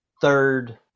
third